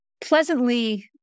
pleasantly